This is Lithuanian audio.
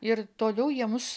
ir toliau jie mus